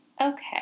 Okay